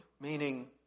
meaning